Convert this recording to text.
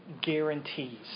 guarantees